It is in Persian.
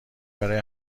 برای